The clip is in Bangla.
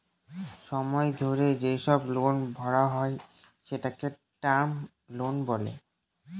সময় ধরে যেসব লোন ভরা হয় সেটাকে টার্ম লোন বলে